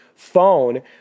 phone